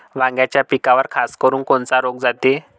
वांग्याच्या पिकावर खासकरुन कोनचा रोग जाते?